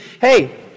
hey